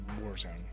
Warzone